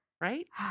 Right